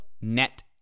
net